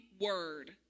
word